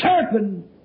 serpent